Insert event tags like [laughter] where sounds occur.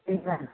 [unintelligible]